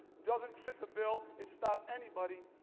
doesn't fit the bill, and stop anybody,